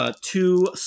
two